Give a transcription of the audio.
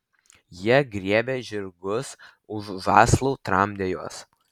jie griebė žirgus už žąslų tramdė juos